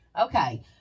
Okay